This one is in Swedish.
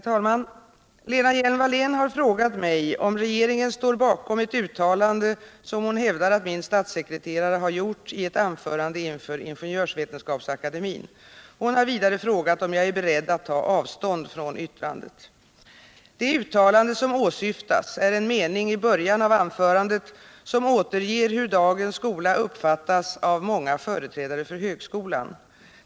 Herr talman! Lena Hjelm-Wallén har frågat mig om regeringen står bakom ett uttalande som hon hävdar att min statssekreterare har gjort i ett anförande inför Ingenjörsvetenskapsakademien. Hon har vidare frågat om jag är beredd att ta avstånd från yttrandet. Det uttalande som åsyftas är en mening i början av anförandet, som återger hur dagens skola uppfattas av många företrädare för högskolan.